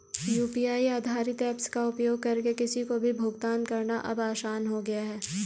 UPI आधारित apps का उपयोग करके किसी को भी भुगतान करना अब आसान हो गया है